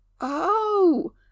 Oh